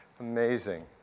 Amazing